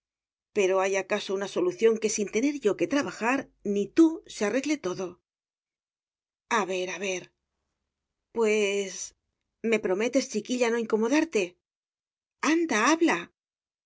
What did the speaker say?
pero hay acaso una solución que sin tener yo que trabajar ni tú se arregle todo a ver a ver pues me prometes chiquilla no incomodarte